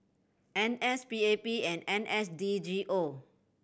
N S P A P and N S D G O